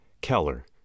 Keller